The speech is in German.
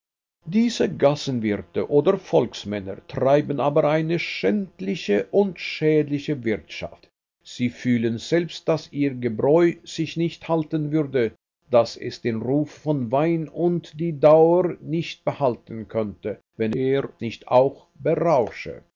diese gassenwirte oder volksmänner treiben aber eine schändliche und schädliche wirtschaft sie fühlen selbst daß ihr gebräu sich nicht halten würde daß es den ruf von wein auf die dauer nicht behalten könnte wenn er nicht auch berausche